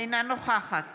אינה נוכחת